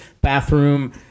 Bathroom